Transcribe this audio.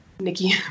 Nikki